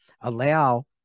allow